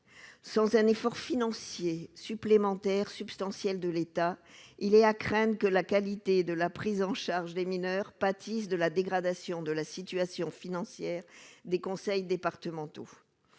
sans un effort financier supplémentaire substantielle de l'État, il y a crainte que la qualité de la prise en charge des mineurs pâtissent de la dégradation de la situation financière des conseils départementaux